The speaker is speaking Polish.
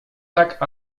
tak